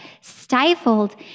stifled